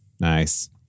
Nice